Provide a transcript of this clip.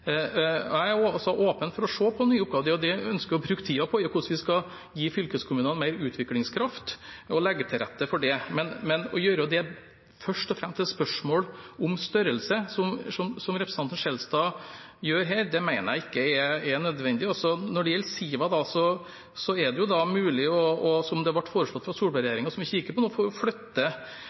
Jeg er også åpen for å se på nye oppgaver, det er det vi ønsker å bruke tiden til – hvordan vi skal gi fylkeskommunene mer utviklingskraft og legge til rette for det. Men å gjøre det til først og fremst et spørsmål om størrelse, som representanten Skjelstad gjør her, mener jeg ikke er nødvendig. Når det gjelder Siva, er det mulig – som det ble foreslått av Solberg-regjeringen, og det ser vi på nå – f.eks. å flytte